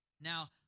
now